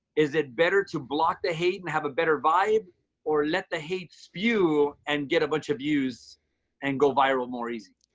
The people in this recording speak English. is it better to block the hate and have a better vibe or let the hate spew and get a bunch of views and go viral more easily?